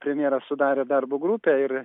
premjeras sudarė darbo grupę ir